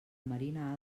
marina